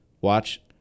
watch